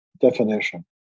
definition